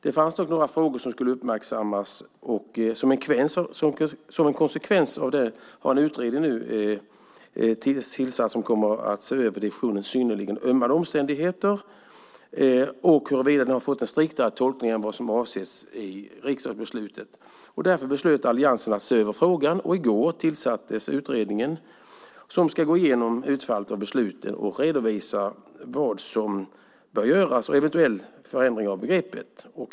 Det fanns dock några frågor som skulle uppmärksammas. Som konsekvens har en utredning nu tillsatts som kommer att se över definitionen av "synnerligen ömmande omständigheter" och huruvida den har fått en striktare tolkning än vad som avsågs i riksdagsbeslutet. Därför beslöt Alliansen att se över frågan, och i går tillsattes utredningen som ska gå igenom utfallet av besluten och redovisa vad som bör göras - en eventuell förändring av begreppet.